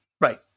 Right